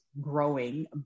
growing